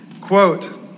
Quote